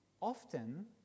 often